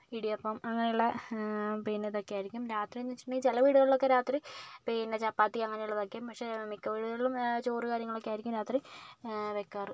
ഇടിയപ്പം അങ്ങനെയുള്ള പിന്നെ ഇതൊക്കെ ആയിരിക്കും രാത്രി എന്ന് വെച്ചിട്ടുണ്ടെങ്കിൽ ചില വീടുകളിലൊക്കെ രാത്രി പിന്നെ ചപ്പാത്തി അങ്ങനെ ഉള്ളതായിരിക്കും പക്ഷെ മിക്ക വീടുകളിലും ചോറ് കാര്യങ്ങളൊക്കെ ആയിരിക്കും രാത്രി വെക്കാറ്